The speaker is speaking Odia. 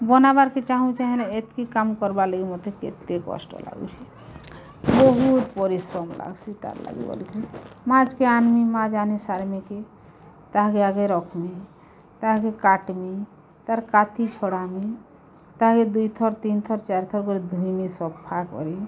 ବନାବାର୍ କେ ଚାହୁଁଛେ ହେଲେ ଏତକି କାମ୍ କର୍ବା ଲାଗି ମୋତେ କେତେ କଷ୍ଟ ଲାଗୁଛେ ବହୁତ୍ ପରିଶ୍ରମ ଲାଗ୍ସି ତାର୍ ଲାଗି ବୋଲିକରି ମାଛକେ ଆନ୍ମି ମାଛ୍ ଆନି ସାର୍ମି କି ତାହାକେ ଆଗ ରଖମି ତାହାକେ କାଟ୍ମି ତାର୍ କାତି ଛଡ଼ାମି ତାହାକେ ଦୁଇ ଥର୍ ତିନ୍ ଥର୍ ଚାର୍ ଥର୍ କରି ଧୁଇମି ସଫା କରମି